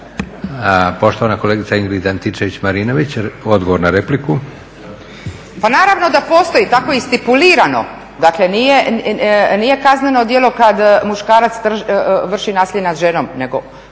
odgovor na repliku. **Antičević Marinović, Ingrid (SDP)** Pa naravno da postoji, tako je i stipulirano. Dakle, nije kazneno djelo kad muškarac vrši nasilje nad ženom nego